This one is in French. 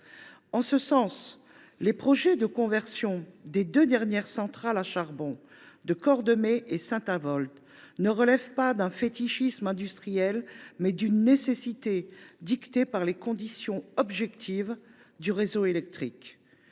En ce sens, les projets de conversion des deux dernières centrales à charbon, celles de Cordemais et de Saint Avold, relèvent non d’un fétichisme industriel, mais d’une nécessité dictée par les conditions objectives du réseau électrique.